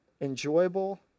enjoyable